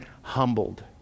humbled